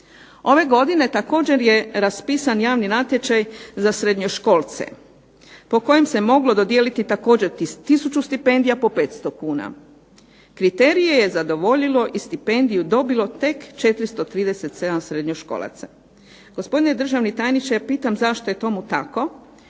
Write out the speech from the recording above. Ove godine također je raspisan javni natječaj za srednjoškolce po kojem se moglo dodijeliti također tisuću stipendija po 500 kuna. Kriterije je zadovoljilo i stipendiju dobilo tek 437 srednjoškolaca. Gospodine državni tajniče, pitam zašto je tomu tako.